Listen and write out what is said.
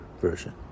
version